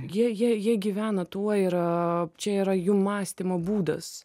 jie jie jie gyvena tuo yra čia yra jų mąstymo būdas